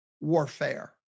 warfare